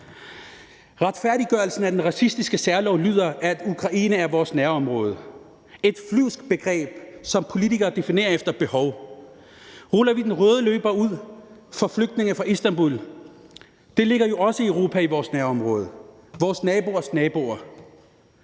Retfærdiggørelsen af den racistiske særlov hentes i, at Ukraine er vores nærområde – et flyvsk begreb, som politikere definerer efter behov. Ruller vi den røde løber ud for flygtninge fra Istanbul? Det ligger jo også i Europa og i vores nærområde; vores naboers naboer.